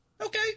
okay